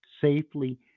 safely